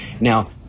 Now